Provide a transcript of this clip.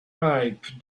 pipe